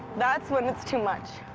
that's when it's too much.